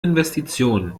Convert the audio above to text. investitionen